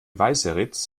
weißeritz